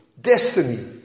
destiny